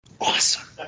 Awesome